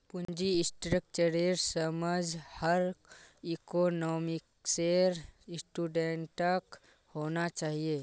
पूंजी स्ट्रक्चरेर समझ हर इकोनॉमिक्सेर स्टूडेंटक होना चाहिए